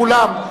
כולם,